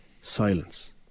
silence